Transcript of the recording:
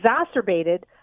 exacerbated